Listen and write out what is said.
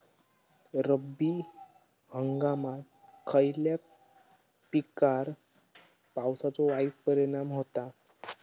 रब्बी हंगामात खयल्या पिकार पावसाचो वाईट परिणाम होता?